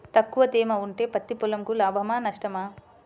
తక్కువ తేమ ఉంటే పత్తి పొలంకు లాభమా? నష్టమా?